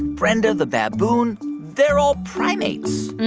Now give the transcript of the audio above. brenda the baboon they're all primates.